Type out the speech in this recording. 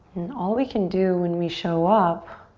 and all we can do when we show up